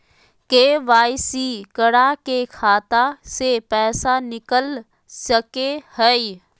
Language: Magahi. के.वाई.सी करा के खाता से पैसा निकल सके हय?